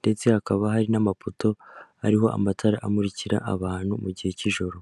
ndetse hakaba hari n'amapoto ariho amatara amurikira abantu mu gihe k'ijoro.